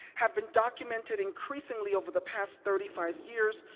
have been documented increasingly over the past thirty five years,